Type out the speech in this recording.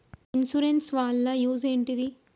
Insurance వాళ్ల use ఏంటిది?